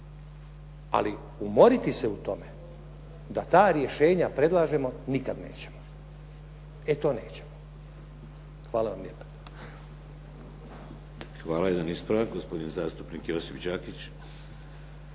ali umoriti se u tome da ta rješenja predlažemo nikad nećemo, e to nećemo. Hvala vam lijepa. **Šeks, Vladimir (HDZ)** Hvala. Jedan ispravak gospodin zastupnik Josip Đakić.